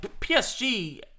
PSG